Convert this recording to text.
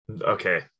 Okay